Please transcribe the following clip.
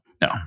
no